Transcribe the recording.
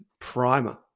primer